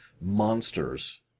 monsters